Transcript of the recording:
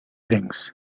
things